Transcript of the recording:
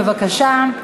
בבקשה.